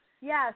Yes